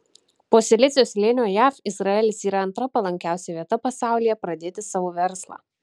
po silicio slėnio jav izraelis yra antra palankiausia vieta pasaulyje pradėti savo verslą